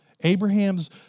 Abraham's